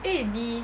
eh 你